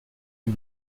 rue